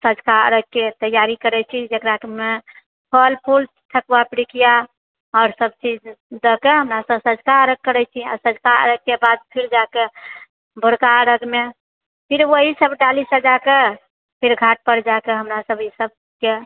सँझका अरघके तैयारी करैत छी रातिमे फल फूल ठकुआ पिरुकिया आओर सबचीज दए कऽ हमरा सभ सँझका अरघ करैत छी आ सँझका अरघ कऽ बाद फिर जाकऽ भोरका अरघमे फिर ओएह सब डाली सजाकेँ फेर घाट पर जाकऽ हमरा सभ ई सबकऽ